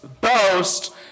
boast